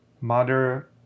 mother